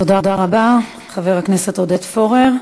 תודה רבה, חבר הכנסת עודד פורר.